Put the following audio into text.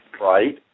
Right